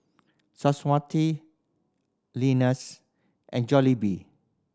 Swarovski Lenas and Jollibee